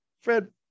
Fred